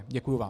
Děkuji vám.